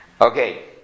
Okay